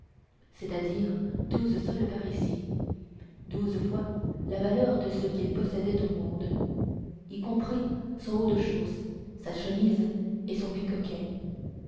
c'est-à-dire douze sols parisis douze fois la valeur de ce qu'il possédait au monde y compris son haut-de-chausses sa chemise et son bicoquet